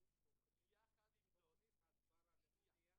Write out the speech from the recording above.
ההמלצה,